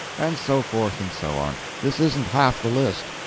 and so forth, and so on. this isn't half the list.